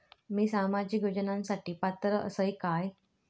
मी सामाजिक योजनांसाठी पात्र असय काय?